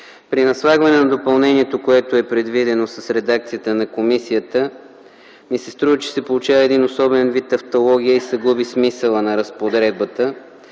При наслагване на допълнението, което е предвидено с редакцията на комисията, ми се струва, че се получава един особен вид тавтология и се губи смисълът на разпоредбата.